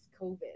COVID